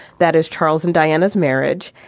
that is charles and diana's marriage.